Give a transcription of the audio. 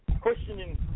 questioning